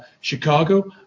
Chicago